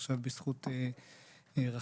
ועכשיו בזכות רחל.